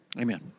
Amen